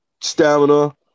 stamina